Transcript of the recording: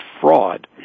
fraud